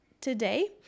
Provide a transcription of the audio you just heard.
today